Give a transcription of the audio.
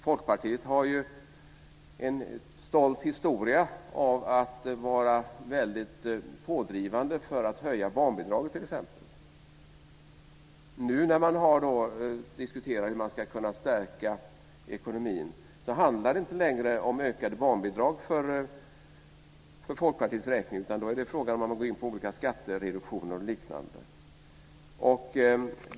Folkpartiet har ju en stolt historia av att vara väldigt pådrivande för att höja barnbidraget t.ex. Nu när man diskuterar hur man ska kunna stärka ekonomin handlar det inte längre om ökade barnbidrag för Folkpartiets räkning, utan det är fråga om att gå in på olika skattereduktioner och liknande.